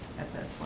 at that